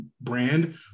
brand